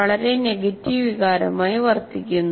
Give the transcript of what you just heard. വളരെ നെഗറ്റീവ് വികാരമായി വർത്തിക്കുന്നു